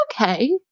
okay